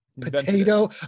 potato